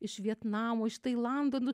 iš vietnamo iš tailando nu